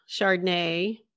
Chardonnay